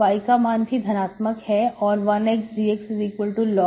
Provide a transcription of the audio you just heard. X का मान भी धनात्मक है और 1xdxlog⁡